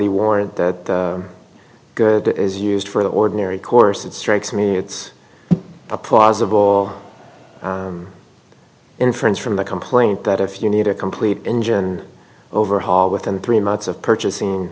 the warrant that good is used for the ordinary course it strikes me it's a plausible inference from the complaint that if you need a complete engine overhaul within three months of purchasing